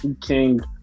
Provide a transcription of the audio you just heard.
King